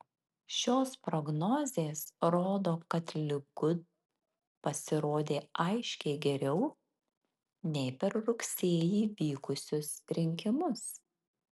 šios prognozės rodo kad likud pasirodė aiškiai geriau nei per rugsėjį vykusius rinkimus